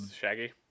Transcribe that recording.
Shaggy